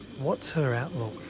what's her outlook?